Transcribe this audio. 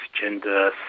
gender